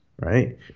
right